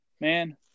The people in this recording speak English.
man